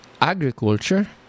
agriculture